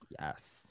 yes